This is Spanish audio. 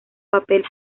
papel